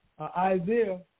Isaiah